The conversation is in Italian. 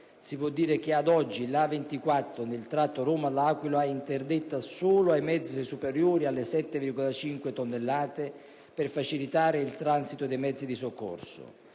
di sicurezza. Ad oggi la A24 nel tratto Roma-L'Aquila è interdetta solo ai mezzi superiori alle 7,5 tonnellate per facilitare il transito dei mezzi di soccorso,